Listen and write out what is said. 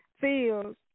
feels